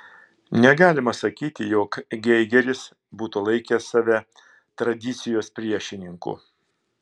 negalima sakyti jog geigeris būtų laikęs save tradicijos priešininku